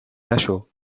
نشو